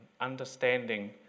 understanding